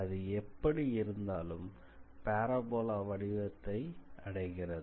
அது எப்படி இருந்தாலும் பாராபோலா வடிவத்தையே அடைகிறது